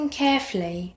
carefully